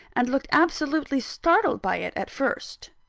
and looked absolutely startled by it, at first.